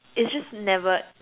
it's just never